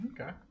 Okay